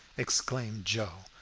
exclaimed joe,